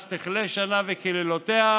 אז תכלה שנה וקללותיה,